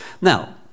Now